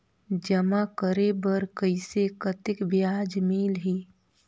जमा करे बर कइसे कतेक ब्याज मिलही?